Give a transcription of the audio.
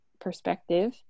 perspective